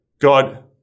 God